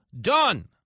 done